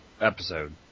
episode